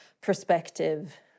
perspective